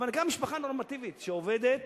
אבל גם משפחה נורמטיבית שעובדת